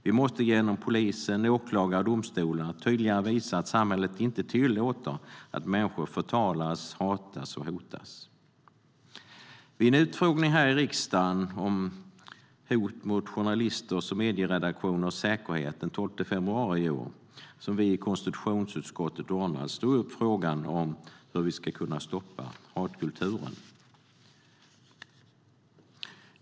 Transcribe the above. Vi måste genom polisen, åklagare och domstolar tydligare visa att samhället inte tillåter att människor förtalas, hatas och hotas. Vid en utfrågning som vi i konstitutionsutskottet ordnade här i riksdagen den 12 februari i år om hot mot journalisters och medieredaktioners säkerhet tog jag upp frågan hur vi ska kunna stoppa hatkulturen.